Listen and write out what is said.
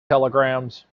telegrams